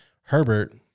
Herbert